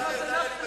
למה זנחתם אותן?